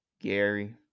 Gary